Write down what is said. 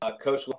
Coach